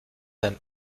ein